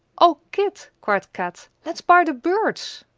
o kit, cried kat, let's buy the birds!